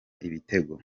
igitego